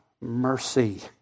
mercy